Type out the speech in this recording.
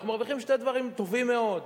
אנחנו מרוויחים שני דברים טובים מאוד: